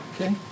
Okay